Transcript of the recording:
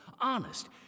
honest